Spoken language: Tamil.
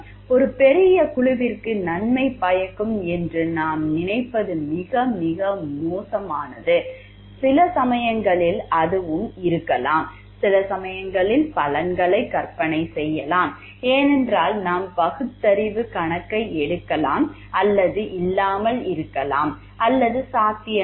ஒரு பெரிய குழுவிற்கு நன்மை பயக்கும் என்று நாம் நினைப்பது போல சில சமயங்களில் அதுவும் இருக்கலாம் சில சமயங்களில் பலன்களை கற்பனை செய்யலாம் ஏனென்றால் நாம் பகுத்தறிவு கணக்கை எடுக்கலாம் அல்லது இல்லாமல் இருக்கலாம் அல்லது சாத்தியமில்லை